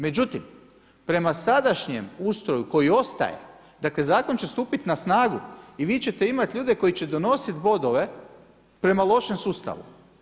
Međutim, prema sadašnjem ustroju koji ostaje, dakle, zakon će stupiti na snagu i vi ćete imati ljude koji će donositi bodove prema lošem sustavu.